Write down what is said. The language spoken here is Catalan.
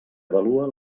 avalua